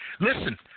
Listen